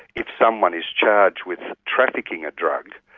if someone is charged with trafficking a drug,